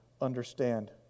understand